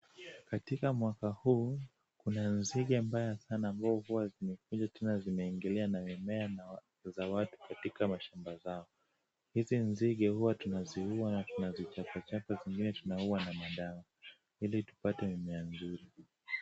Katika mwaka huu kuna nzige mbaya sana ambazo huwa zimekuja tena zimeingilia mimea za watu katika mashamba zao. Hizi nzige huwa tunaziua na tunazichapachapa na zingine tunaua na madawa, ili tupate mimea mzuri.